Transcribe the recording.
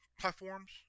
platforms